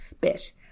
bit